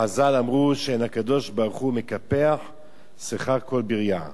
חז"ל אמרו שאין הקדוש-ברוך-הוא מקפח שכר כל ברייה.